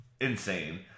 insane